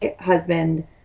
husband